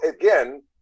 again